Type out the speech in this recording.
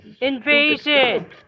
Invasion